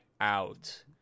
out